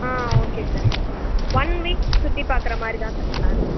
ஆ okay sir one week சுற்றிப் பார்க்குற மாதிரி தான் சார் ப்ளானு